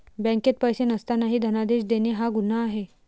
बँकेत पैसे नसतानाही धनादेश देणे हा गुन्हा आहे